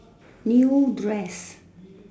new dress